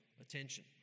attention